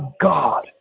God